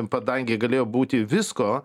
padangėj galėjo būti visko